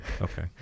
Okay